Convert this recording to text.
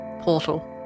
portal